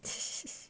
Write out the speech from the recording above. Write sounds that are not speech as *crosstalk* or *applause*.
*noise*